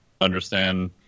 understand